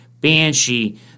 Banshee